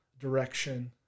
direction